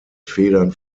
federn